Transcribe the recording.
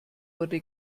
wurde